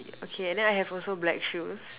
yeah okay then I have also black shoes